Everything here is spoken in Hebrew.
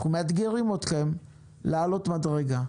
אנחנו מאתגרים אתכם לעלות מדרגה: